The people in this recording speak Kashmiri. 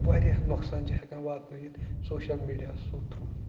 واریاہ نۄقصان چھِ ہٮ۪کان واتنٲیِتھ سوشَل میٖڈیاسو تھرٛوٗ